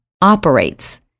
operates